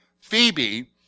Phoebe